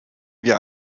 wir